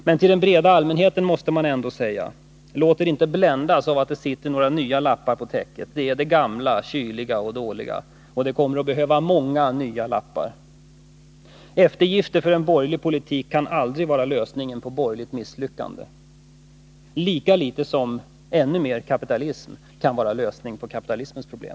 Men till den breda allmänheten måste man då säga: Låt er inte bländas av att det sitter några nya lappar på täcket! Det är det gamla, kyliga och dåliga, och det kommer att behöva många nya lappar. Eftergifter för en borgerlig politik kan aldrig vara lösningen på borgerligt misslyckande, lika litet som ännu mer kapitalism kan vara en lösning på kapitalismens problem.